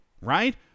right